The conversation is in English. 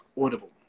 audible